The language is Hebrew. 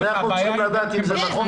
אנחנו צריכים לדעת אם זה נכון.